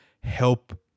help